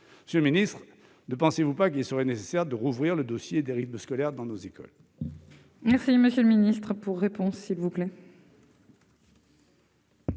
Monsieur le ministre, ne pensez-vous pas qu'il serait nécessaire de rouvrir le dossier des rythmes scolaires dans nos écoles ?